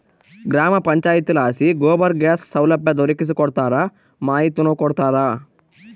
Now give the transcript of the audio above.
ಗ್ರಾಮ ಪಂಚಾಯಿತಿಲಾಸಿ ಗೋಬರ್ ಗ್ಯಾಸ್ ಸೌಲಭ್ಯ ದೊರಕಿಸಿಕೊಡ್ತಾರ ಮಾಹಿತಿನೂ ಕೊಡ್ತಾರ